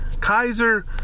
Kaiser